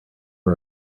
are